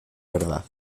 verdad